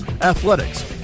athletics